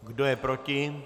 Kdo je proti?